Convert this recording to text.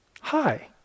hi